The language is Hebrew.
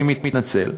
אני מתנצל.